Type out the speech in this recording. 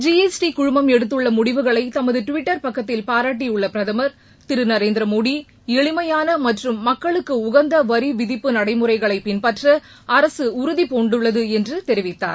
GST குழுமம் எடுத்துள்ள முடிவுகளை தமது டிவிட்டர் பக்கத்தில் பாராட்டியுள்ள பிரதமர் திரு நரேந்திர மோடி எளிமையான மற்றும் மக்களுக்கு உகந்த வரிவிதிப்பு நடைமுறைகளை பின்பற்ற அரசு உறுதிபூண்டுள்ளது என்று தெரிவித்துள்ளார்